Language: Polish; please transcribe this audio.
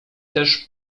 też